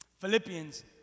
Philippians